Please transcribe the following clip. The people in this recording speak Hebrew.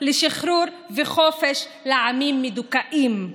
לשחרור וחופש לעמים מדוכאים,